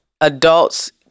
adults